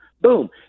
boom